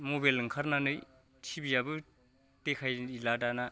mobile ओंखारनानै TV आबो देखायला दाना